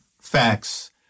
facts